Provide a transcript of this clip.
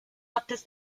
artes